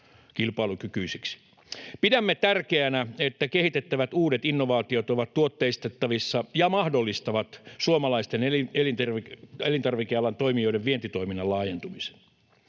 Pidämme tärkeänä, että kehitettävät uudet innovaatiot ovat tuotteistettavissa ja mahdollistavat suomalaisten elintarvikealan toimijoiden vientitoiminnan laajentumisen.